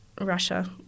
Russia